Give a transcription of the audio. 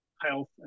health